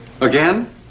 Again